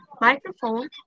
microphone